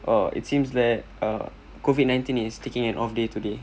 oh it seems that uh COVID nineteen is taking an off day today